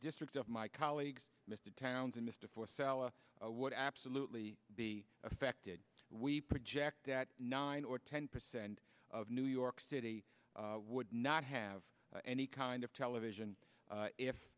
district of my colleagues mr townsend mr for salah would absolutely be affected we project that nine or ten percent of new york city would not have any kind of television